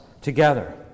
together